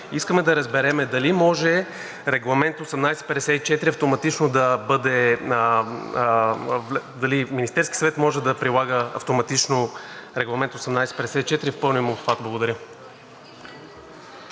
Искаме да разберем: дали може Регламент 1854 автоматично да бъде… Дали Министерският съвет може да прилага автоматично Регламент 1854 в пълния му обхват? Благодаря.